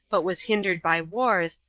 but was hindered by wars,